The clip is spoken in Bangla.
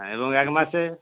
হ্যাঁ এবং এক মাসে